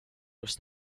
was